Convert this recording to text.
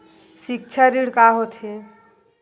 सिक्छा ऋण का होथे?